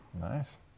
Nice